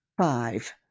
Five